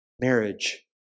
Marriage